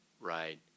right